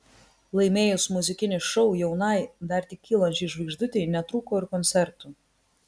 laimėjus muzikinį šou jaunai dar tik kylančiai žvaigždutei netrūko ir koncertų